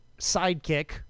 sidekick